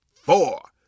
four